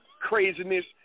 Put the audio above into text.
craziness